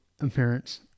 appearance